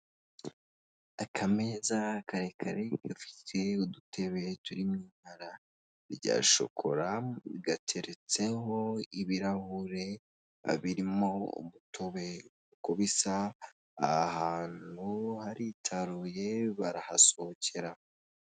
Akameza karekare gafite udutebe turimo ibara rya shokora, gateretseho ibirahure biririmo umutobe uko bisa aha ahantu haritaruye barahasohokera.